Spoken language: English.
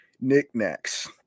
knickknacks